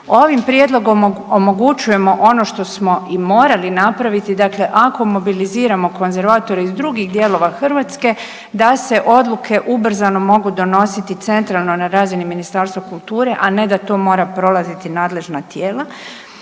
Ovim prijedlogom omogućujemo ono što smo i morali napraviti, dakle ako mobiliziramo konzervatore iz drugih dijelova Hrvatske da se odluke ubrzano mogu donositi centralno na razini Ministarstva kulture, a ne da to mora prolaziti nadležna tijela.